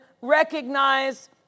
recognize